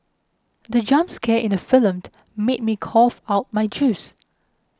the jump scare in the film made me cough out my juice